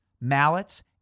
mallets